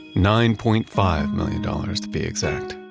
nine point five million dollars to be exact.